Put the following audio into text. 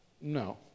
No